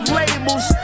labels